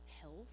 health